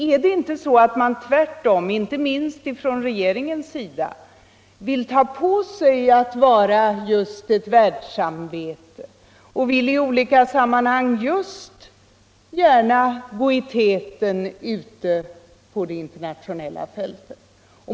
Är det inte så att man tvärtom, inte minst från regeringens sida, vill ta på sig att vara just ett världssamvete och i olika sammanhang vill gå i täten ute på det internationella fältet?